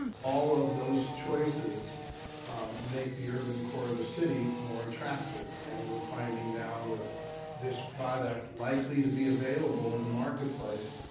all of those choices make the urban core of the city more attractive. and we're finding now with this product likely to be available in the marketplace,